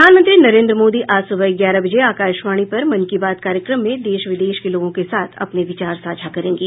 प्रधानमंत्री नरेन्द्र मोदी आज सुबह ग्यारह बजे आकाशवाणी पर मन की बात कार्यक्रम में देश विदेश के लोगों के साथ अपने विचार साझा करेंगे